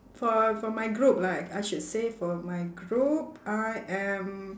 for for my group like I should say for my group I am